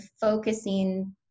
focusing